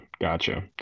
gotcha